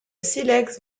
silex